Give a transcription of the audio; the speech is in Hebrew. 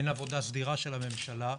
אין עבודה סדירה של הממשלה,